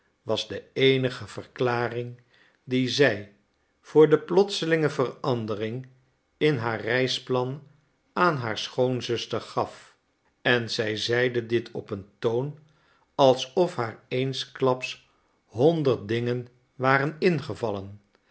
was de eenige verklaring die zij voor de plotselinge verandering in haar reisplan aan haar schoonzuster gaf en zij zeide dit op een toon alsof haar eensklaps honderd dingen waren ingevallen